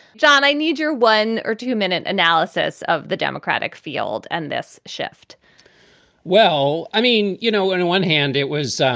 john, i need your one or two minute analysis of the democratic field and this shift well, i mean, you know, on and one hand, it was